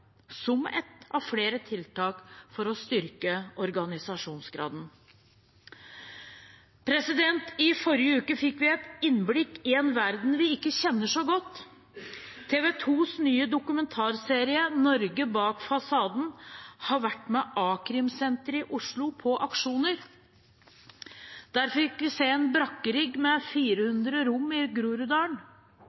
som ett av flere tiltak for å styrke organisasjonsgraden. I forrige uke fikk vi et innblikk i en verden vi ikke kjenner så godt. TV 2s nye dokumentarserie «Norge bak fasaden» har vært med a-krimsenteret i Oslo på aksjoner. Der fikk vi se en brakkerigg med 400 rom i Groruddalen.